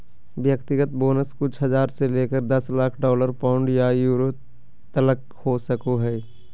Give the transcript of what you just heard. व्यक्तिगत बोनस कुछ हज़ार से लेकर दस लाख डॉलर, पाउंड या यूरो तलक हो सको हइ